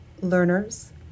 learners